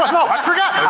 i forgot!